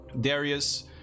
Darius